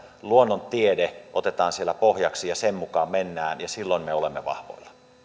luonnontiede otetaan siellä pohjaksi ja sen mukaan mennään ja silloin me olemme vahvoilla